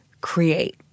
create